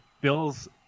Bills